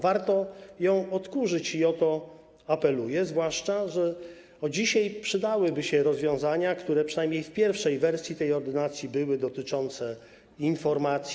Warto ją odkurzyć i o to apeluję, zwłaszcza że dzisiaj przydałyby się rozwiązania, które były zawarte przynajmniej w pierwszej wersji tej ordynacji, dotyczące informacji.